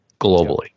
globally